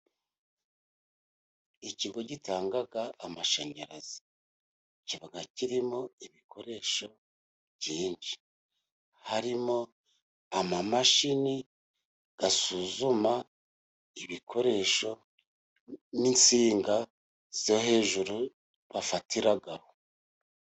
Ikigo gitanga amashanyarazi kiba kirimo ibikoresho byinshi. Harimo ama mashini asuzuma ibikoresho, n'insinga zo hejuru bafatiraho.